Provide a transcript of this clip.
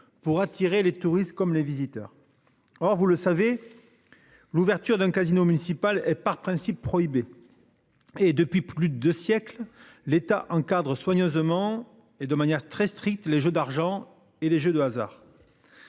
pour attirer les touristes comme les visiteurs. Or vous le savez. L'ouverture d'un casino municipal par principe prohibés. Et depuis plus de 2 siècles l'État encadre soigneusement et de manière très stricte les jeux d'argent et les jeux de hasard.